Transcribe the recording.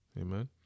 Amen